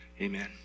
Amen